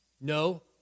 No